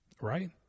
Right